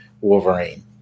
Wolverine